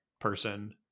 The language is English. person